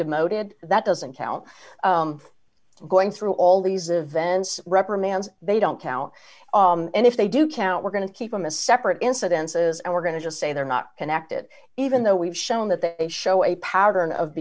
demoted that doesn't count going through all these events reprimands they don't count and if they do count we're going to keep them a separate incidences and we're going to just say they're not connected even though we've shown that they show a pattern of